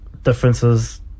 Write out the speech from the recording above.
Differences